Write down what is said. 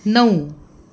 नऊ